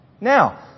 Now